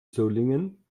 solingen